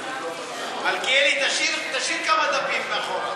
מלכיאלי, תשאיר כמה דפים מאחורה.